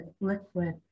liquid